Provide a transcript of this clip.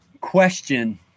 question